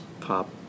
pop